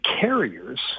carriers